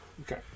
Okay